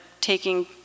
taking